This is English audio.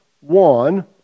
one